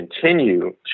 continue